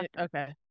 Okay